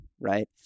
Right